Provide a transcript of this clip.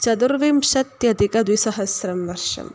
चतुर्विंशत्यधिकद्विसहस्रं वर्षम्